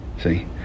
See